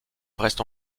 reste